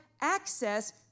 access